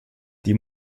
die